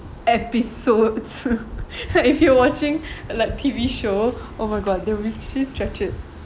episodes if you're watching like T_V show oh my god they really stretch it